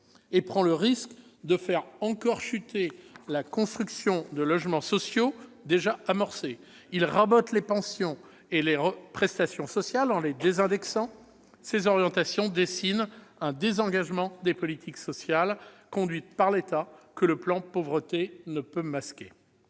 il prend le risque de faire encore chuter la construction de logements sociaux, déjà amorcée, et il rabote les pensions et les prestations sociales en les désindexant. Ces orientations dessinent un désengagement des politiques sociales conduites par l'État, désengagement que le plan Pauvreté ne peut masquer.